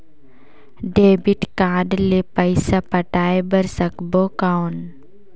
Debit card ले पइसा पटाय बार सकबो कौन?